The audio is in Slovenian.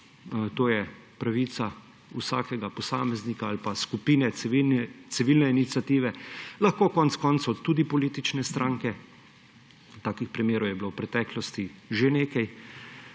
to je pravica vsakega posameznika ali pa skupine civilne iniciative, konec koncev lahko tudi politične stranke ‒ takih primerov je bilo v preteklosti že nekaj